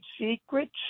secrets